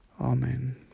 Amen